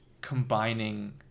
combining